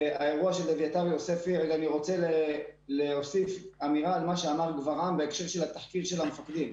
אני רוצה להוסיף אמירה על מה שאמר גברעם בהקשר של התחקיר של המפקדים.